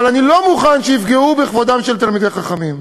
אבל אני לא מוכן שיפגעו בכבודם של תלמידי חכמים,